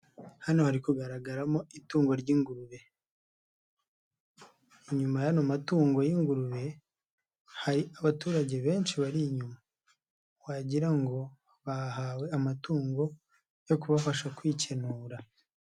Hano harigaragaramo itungo ry'ingurube. Inyuma yano amatungo y'ingurube hari abaturage benshi bari inyuma, wagira ngo bahawe amatungo yo kubafasha kwikenura.